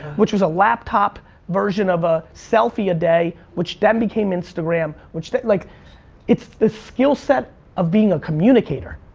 which was a laptop version of a selfie a day, which then became instagram, which then, like it's the skillset of being a communicator.